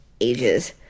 Ages